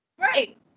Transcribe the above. right